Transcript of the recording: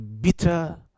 bitter